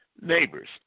neighbors